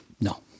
No